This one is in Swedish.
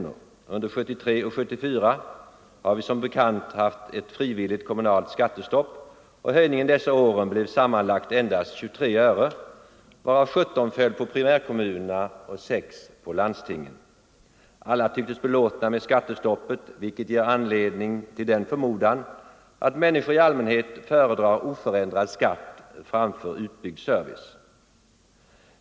Under 1973 och 1974 har vi som bekant haft ett frivilligt kommunalt skattestopp, och höjningen dessa år blev sammanlagt endast 23 öre, varav 17 öre föll på primärkommunerna och 6 öre på landstingen. Alla tycktes belåtna med skattestoppet, vilket ger anledning till den förmodan att människor i allmänhet föredrar oförändrad skatt framför utbyggd service.